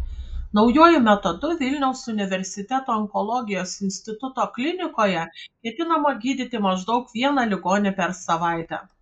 naujuoju metodu vilniaus universiteto onkologijos instituto klinikoje ketinama gydyti maždaug vieną ligonį per savaitę